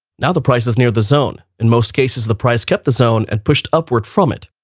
now, the prices near the zone, in most cases, the price kept the zone and pushed upward from it.